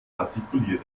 artikulieren